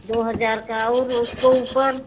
दो हजार का और उसके ऊपर